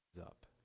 up